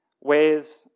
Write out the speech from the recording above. ways